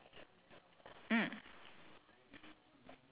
ya dies a little with each passing day